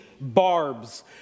barbs